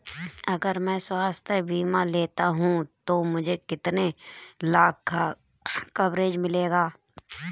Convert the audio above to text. अगर मैं स्वास्थ्य बीमा लेता हूं तो मुझे कितने लाख का कवरेज मिलेगा?